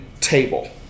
table